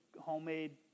homemade